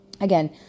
Again